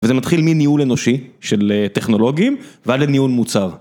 וזה מתחיל מניהול אנושי של טכנולוגים ועד לניהול מוצר.